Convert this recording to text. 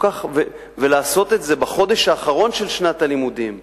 ולעשות את זה בחודש האחרון של שנת הלימודים,